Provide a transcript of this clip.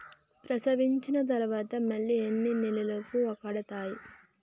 ప్రసవించిన తర్వాత మళ్ళీ ఎన్ని నెలలకు కడతాయి?